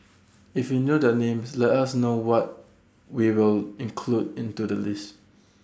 if you know their names let us know what we will include into the list